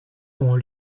ont